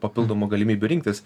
papildomų galimybių rinktis